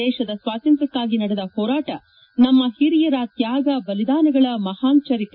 ದೇಶದ ಸ್ವಾತಂತ್ರ್ಯಕ್ಕಾಗಿ ನಡೆದ ಹೋರಾಟ ನಮ್ಮ ಹಿರಿಯರ ತ್ಯಾಗ ಬಲಿದಾನಗಳ ಮಹಾನ್ ಚರಿತೆ